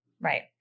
Right